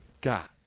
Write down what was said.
God